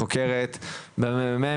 חוקרת במרכז המחקר והמידע של הכנסת,